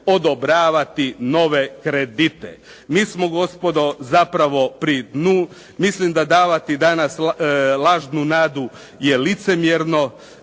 odobravati nove kredite." Mi smo gospodo zapravo pri dnu. Mislim da davati danas lažnu nadu je licemjerno.